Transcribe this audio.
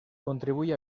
contribuye